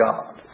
God